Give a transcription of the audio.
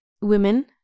women